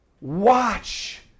Watch